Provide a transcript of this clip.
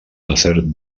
desert